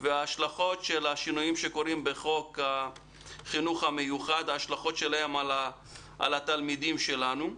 וההשלכות של השינויים שקורים בחוק החינוך המיוחד על התלמידים שלנו.